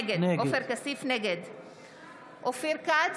נגד אופיר כץ,